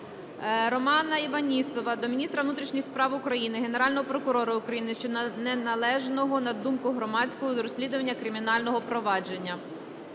Романа Іванісова до міністра внутрішніх справ України, Генерального прокурора України щодо неналежного, на думку громадськості, розслідування кримінального провадження.